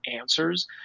answers